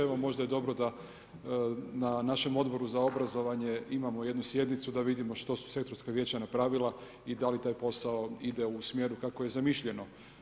Evo možda je dobro da na našem Odboru za obrazovanje imamo jednu sjednicu da vidimo što su sektorska vijeća napravila i da li taj posao ide u smjeru kako je zamišljeno.